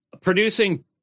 Producing